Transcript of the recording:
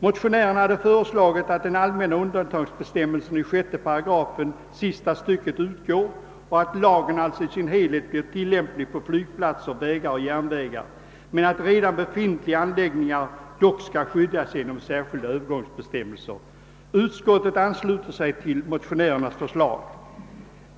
Motionärerna hade föreslagit att den allmänna undantagsbestämmelsen i 6 8, sista stycket, skulle utgå och att lagen alltså i sin helhet skulle bli tillämplig på flygplatser, vägar och järnvägar, men att redan befintliga anläggningar dock skulle skyddas genom särskilda Öövergångsbestämmelser. Utskottet ansluter sig alltså till motionärernas förslag.